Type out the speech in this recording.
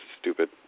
stupid